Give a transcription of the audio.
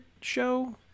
show